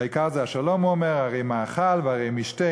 העיקר זה השלום, הוא אומר, "ערי מאכל וערי משתה".